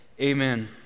Amen